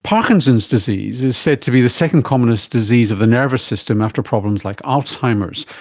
parkinson's disease is said to be the second commonest disease of the nervous system after problems like alzheimer's,